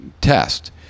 test